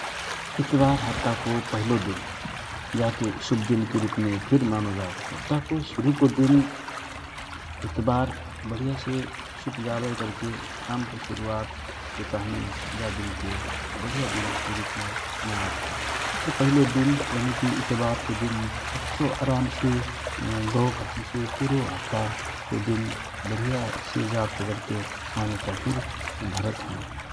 इतबार हाप्ताको पहिलो दिन जा के शुभ दिनके रूप मे फिर मानो जात हए । हाप्ताको शुरूको दिन इतबार वढिया से शुभ जाबै कहिके कामको शुरूवात के ताँहनि जा दिन के बढिया दिन के रूपमे मानत हए । इतबारको दिन बढिया से गौ कहेसे पुरो हाप्ताको बढियासे जातहए कहिके मन्यता धरत हए ।